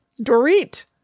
Dorit